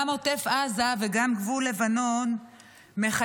גם עוטף עזה וגם גבול לבנון מחייבים